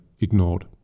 ignored